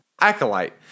Acolyte